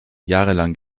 jahrelang